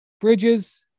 bridges